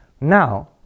Now